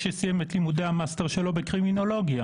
שסיים את לימודי המאסטר שלו בקרימינולוגיה,